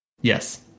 Yes